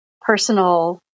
personal